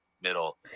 middle